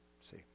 see